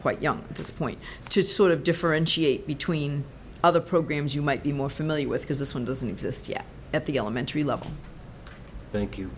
quite young at this point to sort of differentiate between other programs you might be more familiar with because this one doesn't exist yet at the elementary level thank you